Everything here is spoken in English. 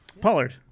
Pollard